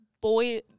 boy-